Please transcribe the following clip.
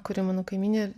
kuri mano kaimynė